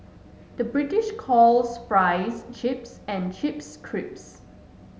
the British calls fries chips and chips crisps